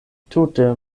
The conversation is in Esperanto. tute